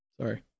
Sorry